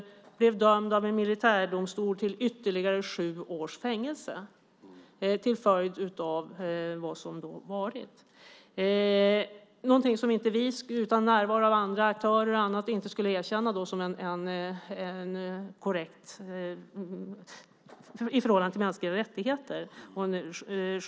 Han blev dömd av militärdomstol till ytterligare sju års fängelse till följd av det som varit. Det är någonting som vi inte, utan närvaro av andra aktörer, skulle erkänna som en korrekt och sjyst hantering i förhållande till mänskliga rättigheter.